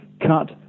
cut